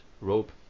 Rope